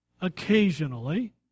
occasionally